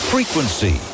Frequency